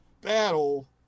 battle